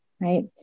right